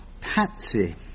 Patsy